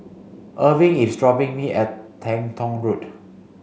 Erving is dropping me at Teng Tong Road